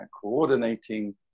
coordinating